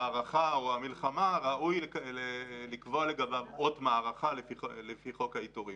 המערכה או המלחמה אות מערכה לפי חוק העיטורים.